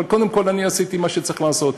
אבל קודם כול אני עשיתי מה שצריך לעשות,